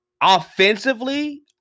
offensively